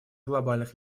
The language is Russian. глобальных